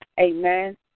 amen